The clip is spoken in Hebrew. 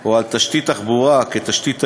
או על תשתית תחבורה כתשתית תיירות,